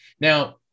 now